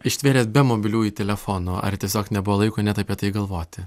ištvėrėt be mobiliųjų telefonų ar tiesiog nebuvo laiko net apie tai galvoti